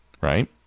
right